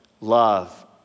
love